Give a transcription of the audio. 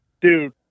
Dude